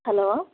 hello